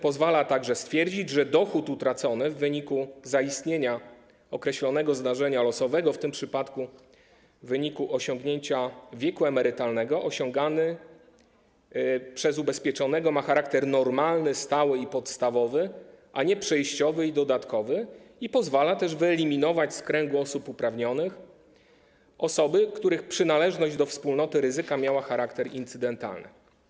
Pozwala on także stwierdzić, że dochód utracony w wyniku zaistnienia określonego zdarzenia losowego, w tym przypadku w wyniku osiągnięcia wieku emerytalnego, osiągany przez ubezpieczonego ma charakter normalny, stały i podstawowy, a nie przejściowy i dodatkowy, i pozwala też wyeliminować z kręgu osób uprawnionych osoby, których przynależność do wspólnoty ryzyka miała charakter incydentalny.